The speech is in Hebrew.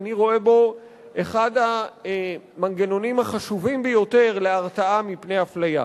שאני רואה בו אחד המנגנונים החשובים ביותר להרתעה מפני אפליה.